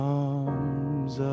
arms